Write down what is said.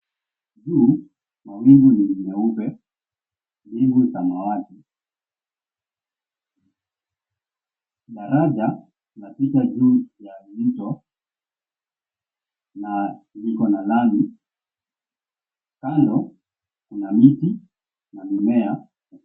Juu mawingu ni meupe mbingu samawati. Daraja linapita juu ya mto na liko na lami kando kuna miti na mimea.